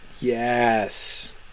Yes